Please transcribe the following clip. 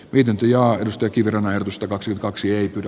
pidentyy ja jostakin rahoitusta kaksi kaksi ja